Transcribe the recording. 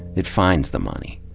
it finds the money.